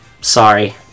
sorry